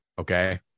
Okay